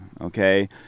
okay